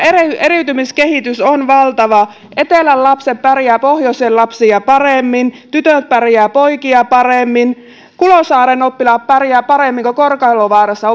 eriytymiskehitys on valtava etelän lapset pärjäävät pohjoisen lapsia paremmin tytöt pärjäävät poikia paremmin kulosaaren oppilaat pärjäävät paremmin kuin korkalovaarassa